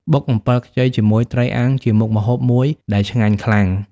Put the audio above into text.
បុកអំពិលខ្ចីជាមួយត្រីអាំងជាមុខម្ហូបមួយដែលឆ្ងាញ់ខ្លាំង។